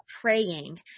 praying